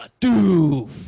doof